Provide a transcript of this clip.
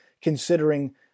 considering